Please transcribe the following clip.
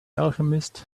alchemist